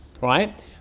right